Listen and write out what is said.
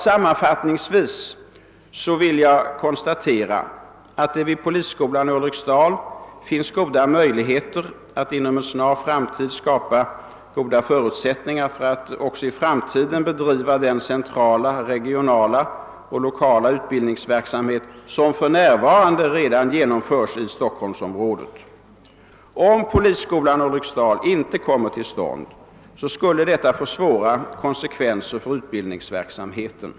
Sammanfattningsvis vill jag konstatera att det vid polisskolan Ulriksdal finns goda möjligheter att inom en snar framtid skapa goda förutsättningar för att också i framtiden bedriva den centrala, regionala och lokala utbildningsverksamhet som för närvarande redan genomförs i Stockholmsområdet. Om polisskolan Ulriksdal inte kommer till stånd, skulle detta få svåra konsekvenser för utbildningsverksamheten.